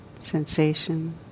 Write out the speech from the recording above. sensation